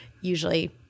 usually